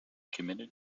committed